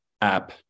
app